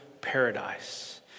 paradise